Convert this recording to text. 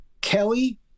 Kelly